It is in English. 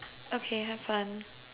okay have fun